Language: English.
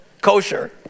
Kosher